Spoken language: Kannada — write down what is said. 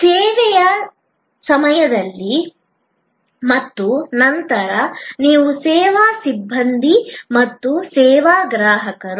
ಸೇವೆಯ ಸಮಯದಲ್ಲಿ ಮತ್ತು ನಂತರ ನಿಮ್ಮ ಸೇವಾ ಸಿಬ್ಬಂದಿ ಮತ್ತು ಸೇವಾ ಗ್ರಾಹಕರು